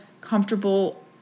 comfortable